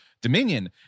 Dominion